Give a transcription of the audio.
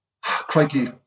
crikey